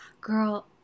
girl